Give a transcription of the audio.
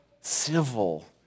civil